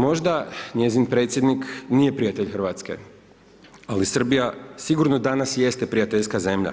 Možda njezin predsjednik nije prijatelj Hrvatske, ali Srbija sigurno danas jeste prijateljska zemlja,